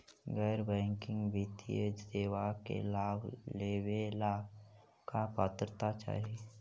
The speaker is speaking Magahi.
गैर बैंकिंग वित्तीय सेवाओं के लाभ लेवेला का पात्रता चाही?